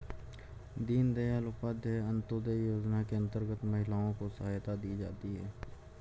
दीनदयाल उपाध्याय अंतोदय योजना के अंतर्गत महिलाओं को सहायता दी जाती है